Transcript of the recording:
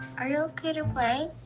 are you ok to play?